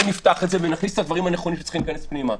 בואו נפתח את זה ונכניס את הדברים הנכונים שצריכים להיכנס פנימה,